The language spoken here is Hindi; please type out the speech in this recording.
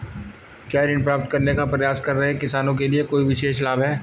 क्या ऋण प्राप्त करने का प्रयास कर रहे किसानों के लिए कोई विशेष लाभ हैं?